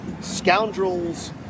scoundrels